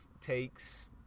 takes